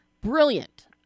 Brilliant